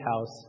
house